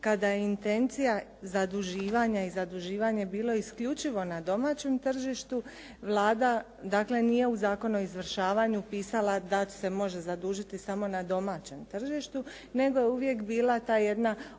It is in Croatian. kada je intencija zaduživanje i zaduživanje bilo isključivo na domaćem tržištu Vlada nije dakle u Zakonu o izvršavanju pisala da se može zadužiti na domaćem tržištu nego je uvijek bila ta jedna opća